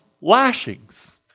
lashings